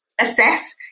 assess